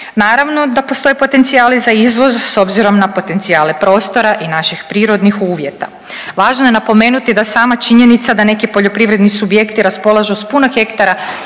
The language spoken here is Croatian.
Naravno da postoje potencijali za izvoz s obzirom na potencijalne prostora i naših prirodnih uvjeta. Važno je napomenuti da sama činjenica da neki poljoprivredni subjekti raspolažu sa puno hektara